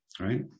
Right